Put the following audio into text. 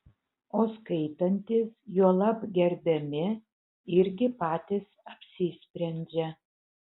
o skaitantys juolab gerbiami irgi patys apsisprendžia